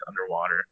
underwater